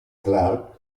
clarke